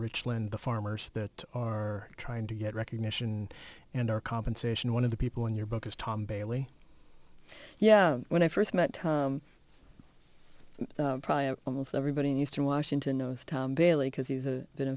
richland the farmers that are trying to get recognition and our compensation one of the people in your book is tom bailey yeah when i first met almost everybody and used in washington knows tom bailey because he's a been a